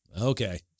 Okay